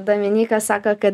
dominyka sako kad